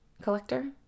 collector